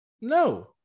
No